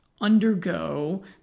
undergo